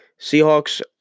Seahawks